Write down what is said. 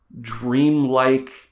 dreamlike